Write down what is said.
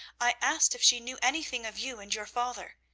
i asked if she knew anything of you and your father.